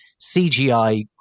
CGI